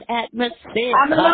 atmosphere